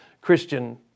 Christian